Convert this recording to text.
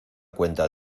cuenta